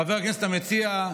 חבר הכנסת המציע,